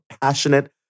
passionate